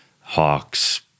hawks